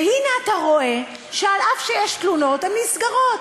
והנה אתה רואה שאף שיש תלונות, הן נסגרות.